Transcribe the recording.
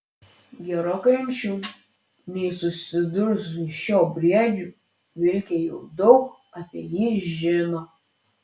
gerokai anksčiau nei susidurs su šiuo briedžiu vilkė jau daug apie jį žino